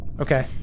Okay